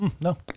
No